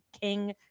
King